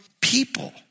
people